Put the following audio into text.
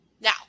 now